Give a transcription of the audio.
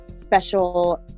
special